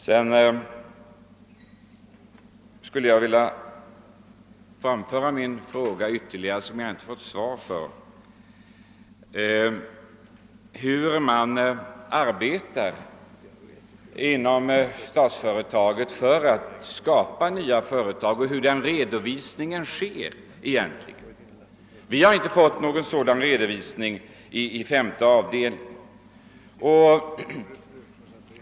Sedan skulle jag vilja upprepa min fråga, som jag inte har fått svar på, hur Statsföretag arbetar för att skapa nya företag och hur redovisningen för det arbetet görs. Jag har inte fått någon sådan redovisning i femte avdelningen.